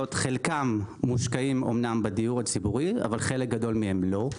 שחלקם אמורים להיות מושקעים בדיור הציבורי אבל חלק גדול מהם לא,